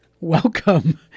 Welcome